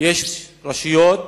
יש רשויות